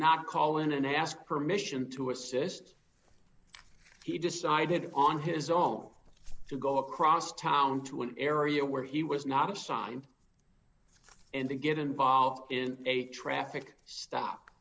not call in and ask permission to assist he decided on his own to go across town to an area where he was not assigned and then get involved in a traffic stop